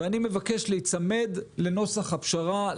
אני מבקש להיצמד לנוסח הפשרה,